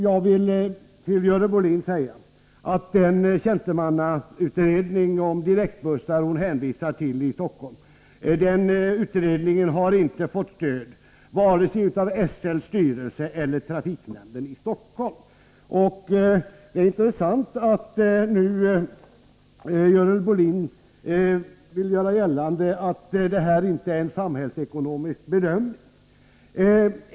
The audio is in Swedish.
Jag vill till Görel Bohlin säga att den tjänstemannautredning om direktbussar i Stockholm som hon hänvisar till inte har fått stöd, varken av SL:s styrelse eller av trafiknämnden i Stockholm. Det är intressant att Görel Bohlin nu vill göra gällande att detta inte är en samhällsekonomisk bedömning.